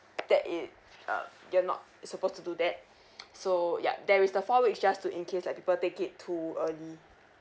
that it uh you're not supposed to do that so yup there is the fall is just to in case like people take it too early